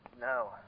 No